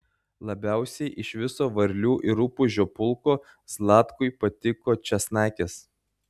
labiausiai iš viso varlių ir rupūžių pulko zlatkui patiko česnakės